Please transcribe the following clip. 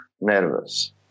nervous